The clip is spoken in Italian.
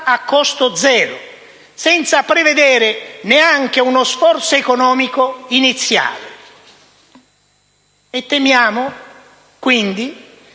a costo zero, senza prevedere neanche uno sforzo economico iniziale. Temiamo, quindi,